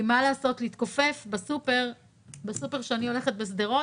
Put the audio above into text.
כי מה לנעשות להתכופף בסופרמרקט בסופר אליו אני הולכת בשרות